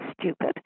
stupid